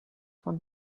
one